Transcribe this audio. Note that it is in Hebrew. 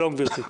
שלום גברתי.